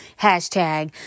hashtag